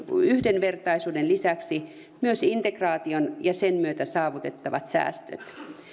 yhdenvertaisuuden lisäksi myös integraation ja sen myötä saavutettavat säästöt